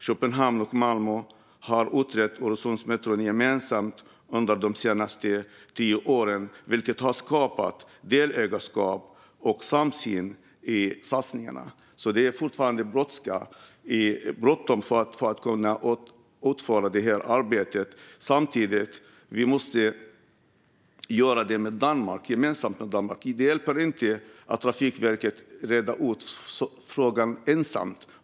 Köpenhamn och Malmö har utrett Öresundsmetron gemensamt under de senaste tio åren, vilket har skapat delägarskap och samsyn i satsningarna. Det är fortfarande bråttom att utföra det här arbetet. Samtidigt måste det göras gemensamt med Danmark. Det hjälper inte att Trafikverket ensamt reder ut frågan.